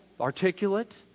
articulate